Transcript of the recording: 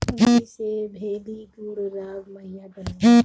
ऊखी से भेली, गुड़, राब, माहिया बनेला